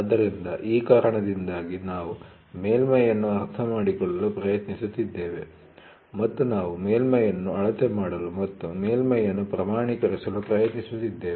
ಆದ್ದರಿಂದ ಈ ಕಾರಣದಿಂದಾಗಿ ನಾವು ಮೇಲ್ಮೈ ಅನ್ನು ಅರ್ಥಮಾಡಿಕೊಳ್ಳಲು ಪ್ರಯತ್ನಿಸುತ್ತಿದ್ದೇವೆ ಮತ್ತು ನಾವು ಮೇಲ್ಮೈ ಅನ್ನು ಅಳತೆ ಮಾಡಲು ಮತ್ತು ಮೇಲ್ಮೈ ಅನ್ನು ಪ್ರಮಾಣೀಕರಿಸಲು ಪ್ರಯತ್ನಿಸುತ್ತಿದ್ದೇವೆ